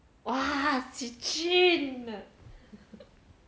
!wah! qi jun